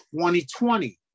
2020